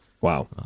wow